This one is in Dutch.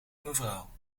mevrouw